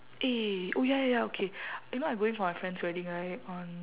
eh oh ya ya ya okay you know I'm going for my friend's wedding right on